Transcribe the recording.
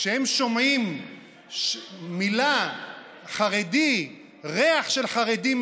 כשהם שומעים את המילה "חרדי", מריחים ריח של חרדי,